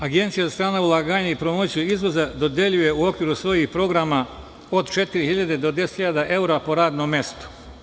Agencija za strana ulaganja i promociju izvoza dodeljuje u okviru svojih programa od 4.000 do 10.000 evra po radnom mestu.